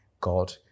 God